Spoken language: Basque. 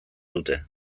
dute